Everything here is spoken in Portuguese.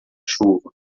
chuva